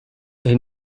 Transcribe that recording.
est